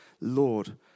Lord